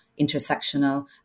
intersectional